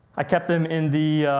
i kept them in the,